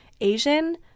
Asian